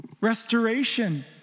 Restoration